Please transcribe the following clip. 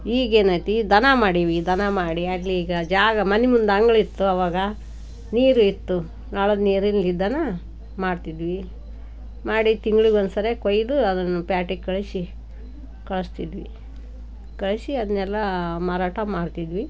ಈಗೇನಾಯ್ತು ದನ ಮಾಡೀವಿ ದನ ಮಾಡಿ ಅಲ್ಲಿಗೆ ಜಾಗ ಮನೆ ಮುಂದೆ ಅಂಗಳ ಇತ್ತು ಅವಾಗ ನೀರು ಇತ್ತು ನಳದ ನೀರಿನಿಂದನೇ ಮಾಡ್ತಿದ್ವಿ ಮಾಡಿ ತಿಂಗ್ಳಿಗೆ ಒಂದುಸರಿ ಕೊಯ್ದು ಅದನ್ನು ಪೇಟೆಗ್ ಕಳಿಸಿ ಕಳಿಸ್ತಿದ್ವಿ ಕಳಿಸಿ ಅದನ್ನೆಲ್ಲ ಮಾರಾಟ ಮಾಡ್ತಿದ್ವಿ